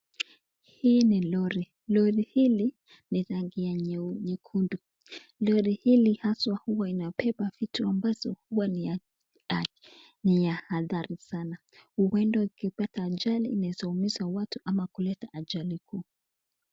Hii ni lori, Lori hii ni rangi ya nyekundu gari hili haswa huwa inabeba vitu ambazo huwa ni hatari sana huenda ikipata ajali inaeza umiza watu ama kuleta ajali kubwa.